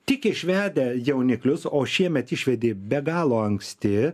tik išvedę jauniklius o šiemet išvedė be galo anksti